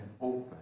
open